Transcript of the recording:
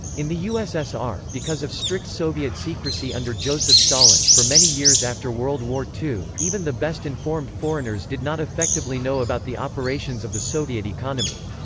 in the ussr, because of strict soviet secrecy under joseph stalin, for many years after world war ii, even the best informed foreigners did not effectively know about the operations of the soviet economy.